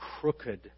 crooked